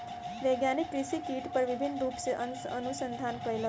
वैज्ञानिक कृषि कीट पर विभिन्न रूप सॅ अनुसंधान कयलक